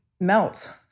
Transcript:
melt